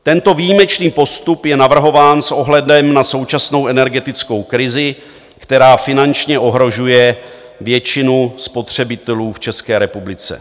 Tento výjimečný postup je navrhován s ohledem na současnou energetickou krizi, která finančně ohrožuje většinu spotřebitelů v České republice.